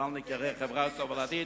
בל ניקרא חברה סובלנית".